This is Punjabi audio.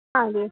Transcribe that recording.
ਹਾਂਜੀ